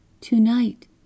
Tonight